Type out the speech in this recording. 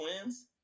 twins